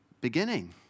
beginning